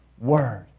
Word